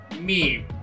meme